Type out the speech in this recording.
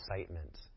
excitement